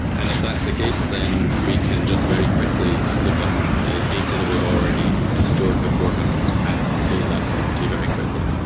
and if that's the case, then we can just very quickly look up the data that we've already stored beforehand and load that property very quickly.